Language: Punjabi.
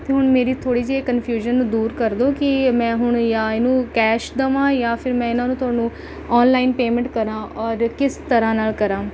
ਅਤੇ ਹੁਣ ਮੇਰੀ ਥੋੜ੍ਹੀ ਜਿਹੀ ਇਹ ਕੰਨਫਿਊਜ਼ਨ ਨੂੰ ਦੂਰ ਕਰ ਦੋ ਕਿ ਮੈਂ ਹੁਣ ਜਾਂ ਇਹਨੂੰ ਕੈਸ਼ ਦੇਵਾਂ ਜਾਂ ਫਿਰ ਮੈਂ ਇਨ੍ਹਾਂ ਨੂੰ ਤੁਹਾਨੂੰ ਔਨਲਾਈਨ ਪੇਮੈਂਟ ਕਰਾਂ ਔਰ ਕਿਸ ਤਰ੍ਹਾਂ ਨਾਲ ਕਰਾਂ